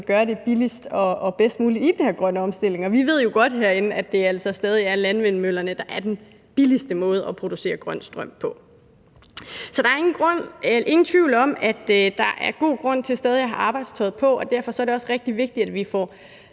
gør det billigst og bedst muligt i den her grønne omstilling. Kl. 12:42 Vi ved jo godt herinde, at det altså stadig er landvindmøllerne, der er den billigste måde at producere grøn strøm på. Så der er ingen tvivl om, at der er god grund til stadig at have arbejdstøjet på, og derfor er det også rigtig vigtigt, at vi får